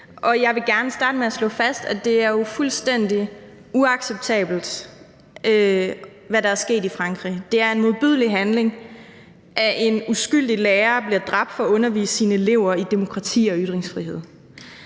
jeg vil gerne starte med at slå fast, at det jo er fuldstændig uacceptabelt, hvad der er sket i Frankrig. Det er en modbydelig handling, at en uskyldig lærer bliver dræbt for at undervise sine elever i demokrati og ytringsfrihed.